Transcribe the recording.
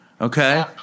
okay